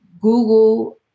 Google